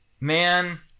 man